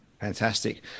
Fantastic